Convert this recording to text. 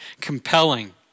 compelling